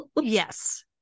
Yes